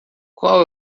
qual